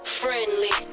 friendly